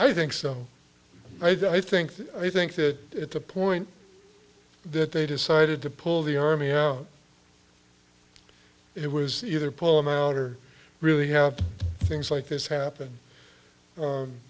i think so i think i think that at the point that they decided to pull the army out it was either pull him out or really have things like this happen